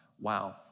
wow